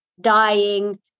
dying